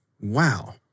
Wow